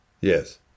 Yes